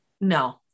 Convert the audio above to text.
No